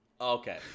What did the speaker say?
Okay